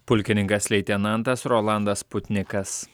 pulkininkas leitenantas rolandas putnikas